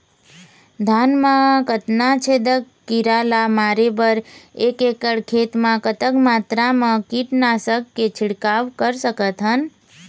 धान मा कतना छेदक कीरा ला मारे बर एक एकड़ खेत मा कतक मात्रा मा कीट नासक के छिड़काव कर सकथन?